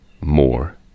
more